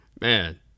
man